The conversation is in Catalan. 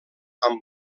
amb